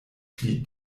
pli